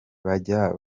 bajyaga